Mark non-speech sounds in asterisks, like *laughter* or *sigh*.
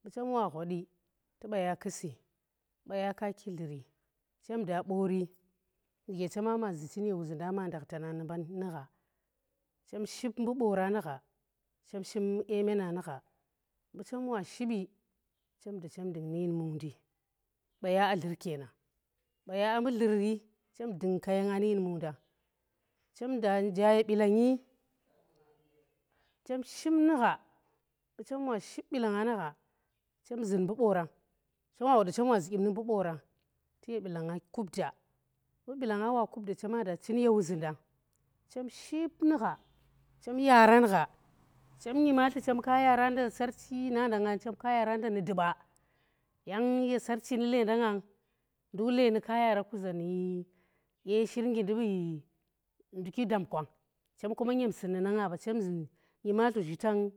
mbu chem wa ghwadi tu baya kusi baya kaa ko dluri chem da boori nuge chema ma zi chin ye wuzinda ma ndakhta na nu gha, chem ship mbu boora nu gha chem ship dye mee na nu gha, mbu chem wa shibi, *noise* chem dung nu yen mung ndi baya a dlur kenan baya ambu dluri chem dung kayanga nu yen mungnda chem da- nja ye bilangi chem ship nu gha, mbu boora, chem wa woda chem wazu dyim nu mbu boora tu yi bilanga kub da mbu bilanga *noise* wa kub da chema da chin ye wuzindang chem ship nugha chem yaaran gha chem nyimatli chem ka yaara nda sarchi nanda chemka yaara nda nu duda yang ye sarchi nu lendanga nduk leeni ke yaara kuza nu dye shir ngindi bu nduki dam kwang chem kuma nyem sun nu ne nga ba, nyimatli zhu tang